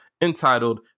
entitled